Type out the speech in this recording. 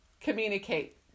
communicate